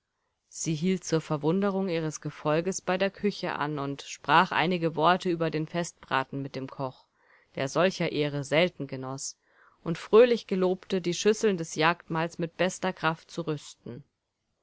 sie hielt zur verwunderung ihres gefolges bei der küche an und sprach einige worte über den festbraten mit dem koch der solcher ehre selten genoß und fröhlich gelobte die schüsseln des jagdmahls mit bester kraft zu rüsten